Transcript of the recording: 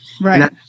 Right